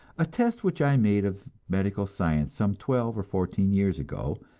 a test which i made of medical science some twelve or fourteen years ago,